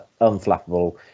unflappable